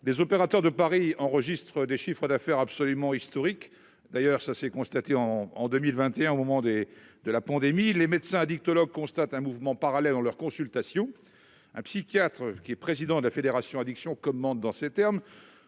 des opérateurs de paris enregistrent des chiffres d'affaires absolument historique d'ailleurs, ça c'est constaté en en 2021 au moment des de la pandémie les médecin addictologue constate un mouvement parallèle dans leur consultation, un psychiatre qui est président de la Fédération addiction commande dans ces termes